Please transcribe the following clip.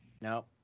No